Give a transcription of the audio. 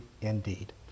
indeed